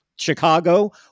chicago